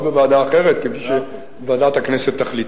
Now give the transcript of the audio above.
או בוועדה אחרת כפי שוועדת הכנסת תחליט.